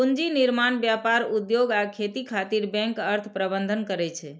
पूंजी निर्माण, व्यापार, उद्योग आ खेती खातिर बैंक अर्थ प्रबंधन करै छै